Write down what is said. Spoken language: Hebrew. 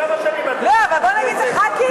לא, אבל בוא נגיד: זה ח"כית.